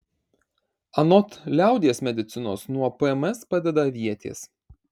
anot liaudies medicinos nuo pms padeda avietės